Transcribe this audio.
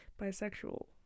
bisexual